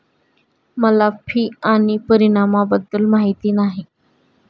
मला फी आणि परिणामाबद्दल माहिती नाही